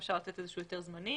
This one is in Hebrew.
אפשר לתת איזשהו היתר זמני.